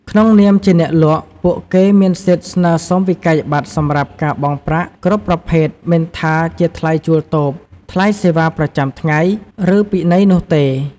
ក្នុងនាមជាអ្នកលក់ ពួកគេមានសិទ្ធិស្នើសុំវិក័យប័ត្រសម្រាប់ការបង់ប្រាក់គ្រប់ប្រភេទមិនថាជាថ្លៃជួលតូប ថ្លៃសេវាប្រចាំថ្ងៃ ឬពិន័យនោះទេ។